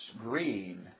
green